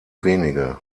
wenige